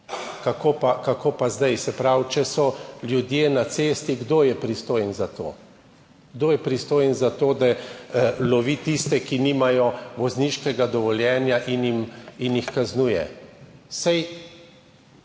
Kako pa zdaj? Se pravi, če so ljudje na cesti, kdo je pristojen za to? Kdo je pristojen za to, da lovi tiste, ki nimajo vozniškega dovoljenja in jih kaznuje?